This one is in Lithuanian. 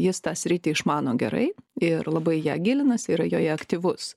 jis tą sritį išmano gerai ir labai į ją gilinasi yra joje aktyvus